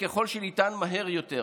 ככל שניתן מהר יותר,